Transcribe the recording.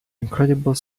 incredible